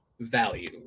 value